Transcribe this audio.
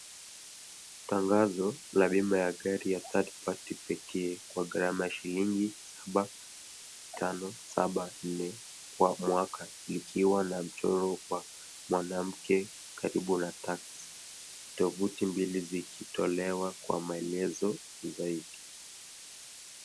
Tangazo la bima ya gari ya third party pekee, kwa shilingi saba tano saba nne kwa mwaka likiwa lina mchoro wa mwanamke karibu na taksi, tovuti mbili zikitolewa kwa maelezo zaidi.